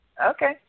Okay